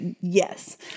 yes